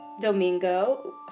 Domingo